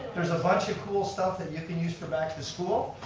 there's a bunch of cool stuff that you can use for back to school.